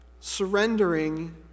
surrendering